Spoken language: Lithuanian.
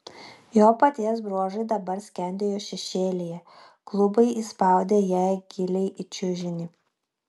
jo paties bruožai dabar skendėjo šešėlyje klubai įspaudė ją giliai į čiužinį